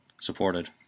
supported